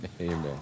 Amen